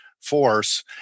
force